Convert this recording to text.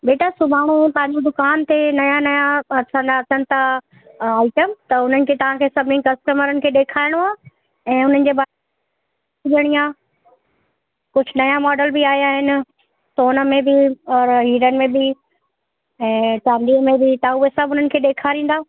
बेटा सुभाणे पंहिंजो दुकान ते नया नया पर्सन अचनि था आईटम त उन्हनि खे तव्हांखे सभिनि कस्टमरनि खे ॾेखारिणो आहे ऐं उन्हनि जे बारे में ॾियणी आहे कुझु नया मॉडल बि आया आहिनि त उनमें बि और हीरन में बु ऐं चांदीअ में बि तव्हां उहे सभु उन्हनि खे ॾेखारींदा